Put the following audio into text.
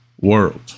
world